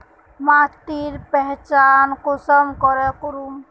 माटिर पहचान कुंसम करे करूम?